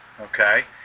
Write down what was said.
Okay